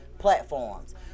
platforms